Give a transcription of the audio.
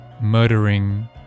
murdering